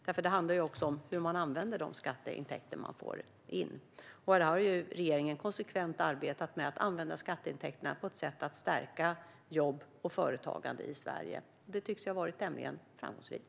Det handlar också om hur man använder de skatteintäkter man får in. Här har regeringen konsekvent arbetat med att använda skatteintäkterna för att stärka jobb och företagande i Sverige. Det tycks ha varit tämligen framgångsrikt.